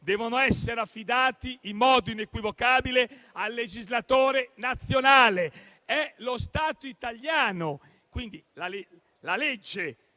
dev'essere affidato in modo inequivocabile al legislatore nazionale. È lo Stato italiano - quindi la legge,